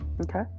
Okay